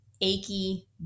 achy